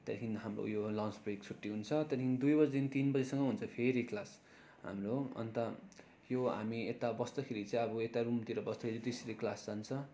त्यहाँदेखि हाम्रो उयो लन्च ब्रेक छुट्टी हुन्छ त्यहाँदेखि दुई बजीदेखि तिन बजीसम्म हुन्छ फेरि क्लास हाम्रो अन्त यो हामी यता बस्दाखेरि चाहिँ अब यता रुमतिर बस्दाखेरि त्यसरी क्लास जान्छ